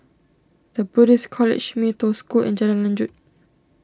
the Buddhist College Mee Toh School and Jalan Lanjut